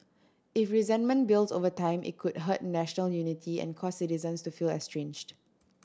if resentment builds over time it could hurt national unity and cause citizens to feel estranged